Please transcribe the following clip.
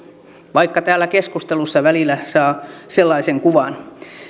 vaikka täällä keskustelussa välillä saa sellaisen kuvan